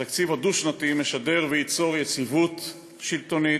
התקציב הדו-שנתי משדר וייצור יציבות שלטונית,